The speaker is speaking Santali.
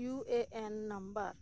U A N N number